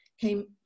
came